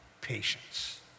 patience